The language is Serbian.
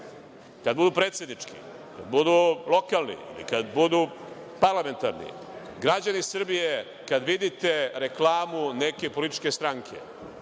kada budu predsednički, kada budu lokalni, kada budu parlamentarni, građani Srbije kada vidite reklamu neke političke stranke